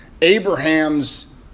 Abraham's